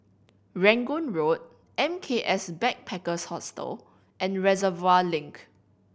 Rangoon Road M K S Backpackers Hostel and Reservoir Link